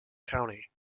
county